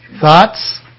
Thoughts